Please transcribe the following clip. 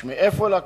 יש מאיפה לקחת,